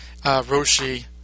Roshi